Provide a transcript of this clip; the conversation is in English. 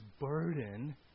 burden